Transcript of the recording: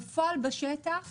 בפועל בשטח